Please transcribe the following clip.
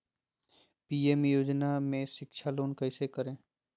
PM योजना में शिक्षा लोन कैसे करें?